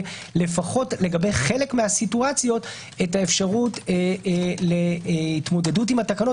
ולפחות לגבי חלק מהמצבים את האפשרות להתמודדות עם התקנות